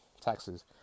taxes